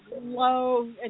low